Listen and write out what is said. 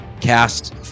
cast